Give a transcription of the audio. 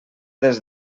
des